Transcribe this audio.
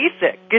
basic